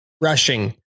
rushing